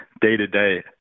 day-to-day